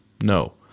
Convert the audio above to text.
No